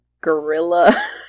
gorilla